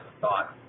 thought